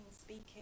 speaking